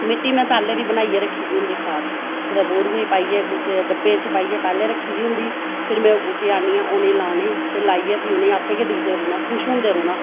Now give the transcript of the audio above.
मिट्टी में पैह्लें दी रक्खी दी होंदी खाद कुदै बोरुऐ पाइयै कुसै डब्बे च पाइयै रक्खी दी होंदी फिर में बूह्टे आह्न्नियै उ'नेंगी लाने ते लाइयै फिर आपें गै दिखदे रौहना ते खुश होंदे रौह्ना